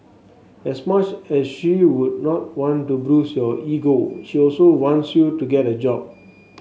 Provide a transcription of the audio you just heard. as much as she would not want to bruise your ego she also wants you to get a job